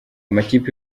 makipe